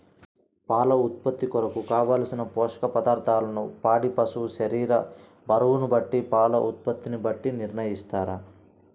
పాల ఉత్పత్తి కొరకు, కావలసిన పోషక పదార్ధములను పాడి పశువు శరీర బరువును బట్టి పాల ఉత్పత్తిని బట్టి నిర్ణయిస్తారా?